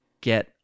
get